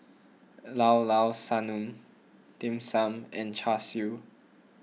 Llao Llao Sanum Dim Sum and Char Siu